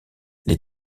les